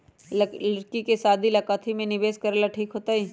लड़की के शादी ला काथी में निवेस करेला ठीक होतई?